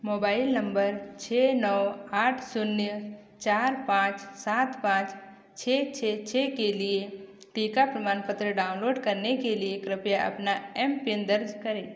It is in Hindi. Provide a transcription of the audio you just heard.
मोबाइल नम्बर छः नई आठ शून्य चार पाँच सात पाँच छः छः छः के लिए टीका प्रमाणपत्र डाउनलोड करने के लिए कृपया अपना एम पिन दर्ज करें